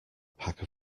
pack